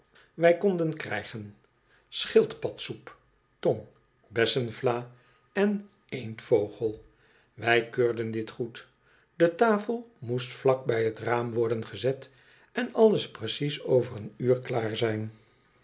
wij konden krijgen schildpadsoep tong bessenvla en eendvogel wij keurden dit goed de tafel moest vlak bij het raam worden gezet en alles precies over een uur klaar zijn